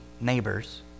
neighbors